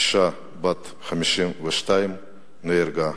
אשה בת 52 נהרגה.